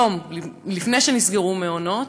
לפני שנסגרו מעונות,